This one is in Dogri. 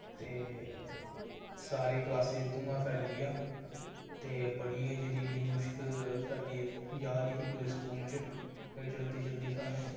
ते सारी क्लासै च धुआं फैली आ ते बड़ी गै जरीली मुश्क फैली जा दी ही पूरे स्कूल च फिर जल्दी जल्दी सानूं